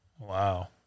Wow